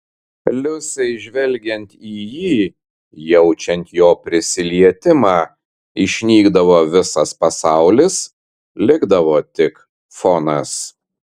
liusei žvelgiant į jį jaučiant jo prisilietimą išnykdavo visas pasaulis likdavo tik fonas